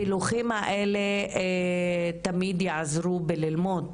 הפילוחים האלה תמיד יעזרו בללמוד